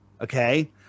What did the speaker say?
Okay